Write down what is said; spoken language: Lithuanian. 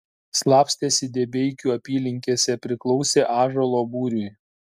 slapstėsi debeikių apylinkėse priklausė ąžuolo būriui